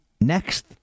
next